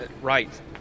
right